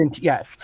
Yes